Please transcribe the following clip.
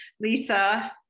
Lisa